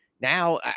Now